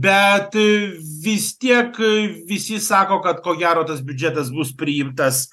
bet vis tiek visi sako kad ko gero tas biudžetas bus priimtas